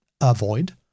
avoid